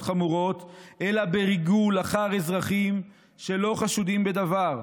חמורות אלא בריגול אחר אזרחים שלא חשודים בדבר,